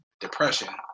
depression